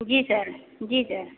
जी sir जी sir